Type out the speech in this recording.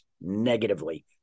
negatively